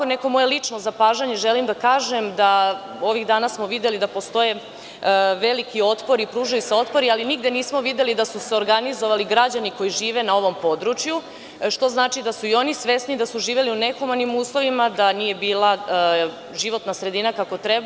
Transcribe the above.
Neko moje lično zapažanje želim da kažem da ovih dana smo videli da postoje veliki otpori, pružaju se veliki otpori, ali nigde videli nismo da su se organizovali građani koji žive na ovom području, što znači da su i oni svesni da su živeli u nehumanim uslovima da nije bila životna sredina kako treba.